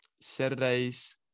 Saturdays